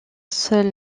seul